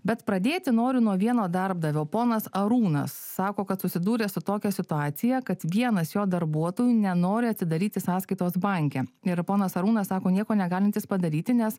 bet pradėti noriu nuo vieno darbdavio ponas arūnas sako kad susidūrė su tokia situacija kad vienas jo darbuotojų nenori atsidaryti sąskaitos banke ir ponas arūnas sako nieko negalintis padaryti nes